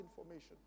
information